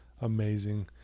amazing